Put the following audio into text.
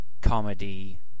comedy